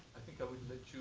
i think i would let you